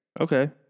Okay